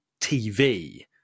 TV